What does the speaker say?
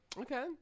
Okay